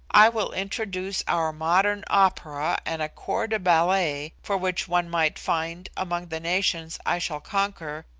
i will introduce our modern opera and a corps de ballet for which one might find, among the nations i shall conquer,